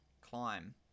climb